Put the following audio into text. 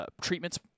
treatments